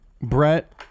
Brett